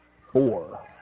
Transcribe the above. four